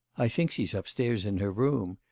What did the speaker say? i think she's upstairs in her room.